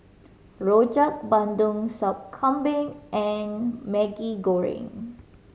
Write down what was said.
Rojak Bandung Sup Kambing and Maggi Goreng